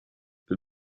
but